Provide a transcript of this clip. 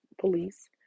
Police